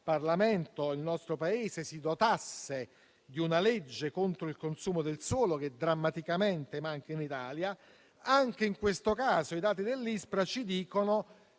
Parlamento dotasse il nostro Paese di una legge contro il consumo del suolo che drammaticamente manca in Italia. Anche in questo caso, i dati dell'Ispra ci dicono